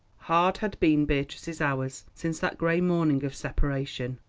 hard had been beatrice's hours since that grey morning of separation.